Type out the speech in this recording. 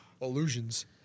illusions